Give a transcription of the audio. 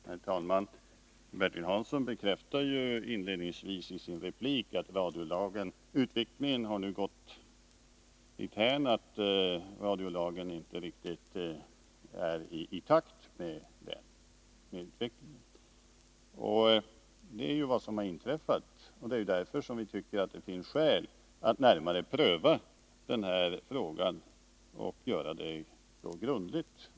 Herr talman! Bertil Hansson bekräftade inledningsvis i sin replik att utvecklingen nu varit sådan att radiolagen inte riktigt är i takt med den. Det är ju vad som har inträffat, och därför tycker vi att det finns skäl att grundligt pröva frågan.